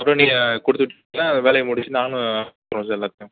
அப்புறம் நீங்கள் கொடுத்து விட்டீங்கன்னா வேலையை முடிச்சிட்டு நானும் சார் எல்லாத்தையும்